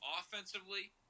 offensively